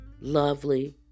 lovely